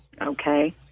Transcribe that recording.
Okay